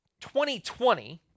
2020